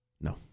No